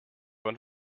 und